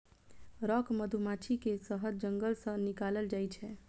rock मधुमाछी के शहद जंगल सं निकालल जाइ छै